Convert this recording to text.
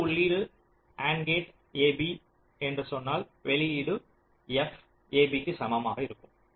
2 உள்ளீடு AND gate ab என்று சொன்னால் வெளியீடு f ab க்கு சமமாக இருக்கும்